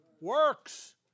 Works